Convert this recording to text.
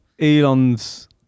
Elon's